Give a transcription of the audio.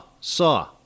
Saw